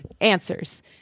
answers